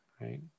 right